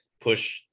push